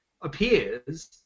appears